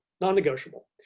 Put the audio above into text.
non-negotiable